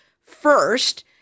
first